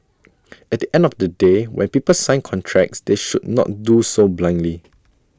at the end of the day when people sign contracts they should not do so blindly